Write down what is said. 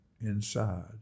inside